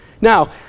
Now